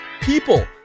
People